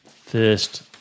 first